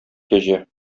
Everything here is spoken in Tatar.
кәҗә